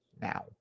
Now